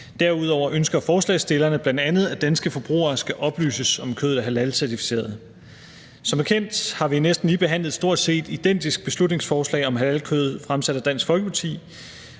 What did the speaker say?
Derudover ønsker forslagsstillerne bl.a., at danske forbrugere skal oplyses, om kødet er halalcertificeret. Som bekendt har vi næsten lige behandlet et stort set identisk beslutningsforslag om halalkød fremsat af Dansk Folkeparti,